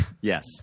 Yes